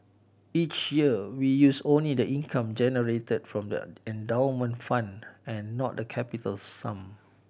each year we use only the income generated from the endowment fund and not the capital sum